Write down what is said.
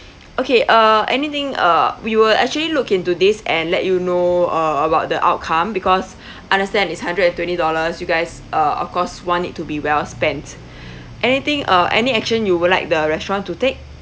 okay uh anything uh we will actually look into this and let you know uh about the outcome because understand it's hundred and twenty dollars you guys uh of course want it to be well spent anything uh any action you will like the restaurant to take